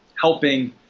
helping